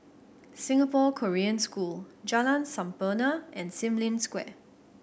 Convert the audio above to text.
Singapore Korean School Jalan Sampurna and Sim Lim Square